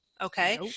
Okay